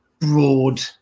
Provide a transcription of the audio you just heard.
broad